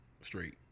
straight